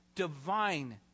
divine